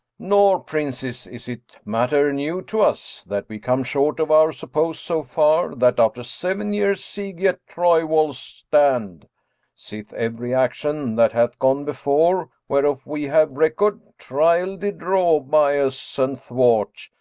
nor, princes, is it matter new to us that we come short of our suppose so far that after seven years' siege yet troy walls stand sith every action that hath gone before, whereof we have record, trial did draw bias and thwart,